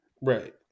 Right